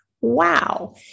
wow